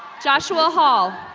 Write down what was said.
joshua hall.